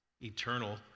Eternal